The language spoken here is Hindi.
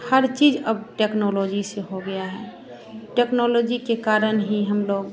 हर चीज़ अब टेक्नोलॉजी से हो गया है टेक्नोलॉजी के कारण ही हम लोग